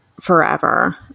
forever